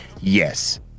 Yes